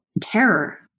terror